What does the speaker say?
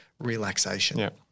relaxation